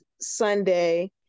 Sunday